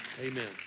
Amen